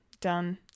done